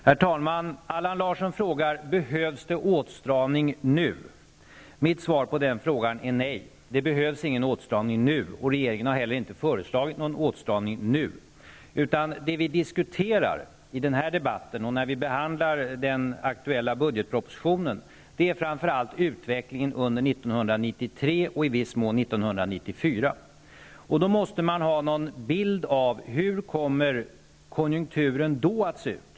Herr talman! Allan Larsson frågar: Behövs det åtstramning nu? Mitt svar på den frågan är nej. Det behövs ingen åtstramning nu, och regeringen har heller inte föreslagit någon åtstramning nu. Det vi diskuterar i den här debatten och när vi behandlar den aktuella budgetpropositionen är framför allt utvecklingen under 1993 och i viss mån 1994. Då måste man ha någon bild av hur konjunkturen kommer att se ut.